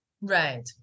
right